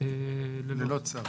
ללא צו.